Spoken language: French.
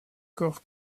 corps